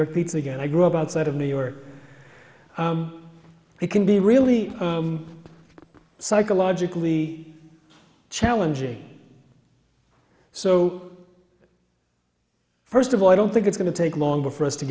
york pizza again i grew up outside of new york it can be really psychologically challenging so first of all i don't think it's going to take longer for us to